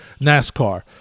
NASCAR